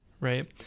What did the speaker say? right